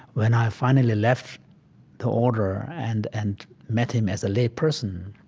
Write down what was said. when i finally left the order and and met him as a layperson,